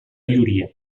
llúria